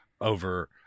over